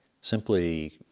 simply